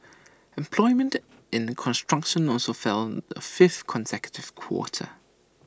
employment in construction also fell the fifth consecutive quarter